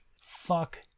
Fuck